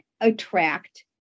attract